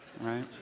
right